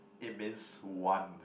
it means one